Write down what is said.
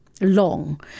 long